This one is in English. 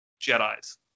Jedis